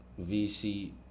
VC